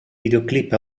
videoclip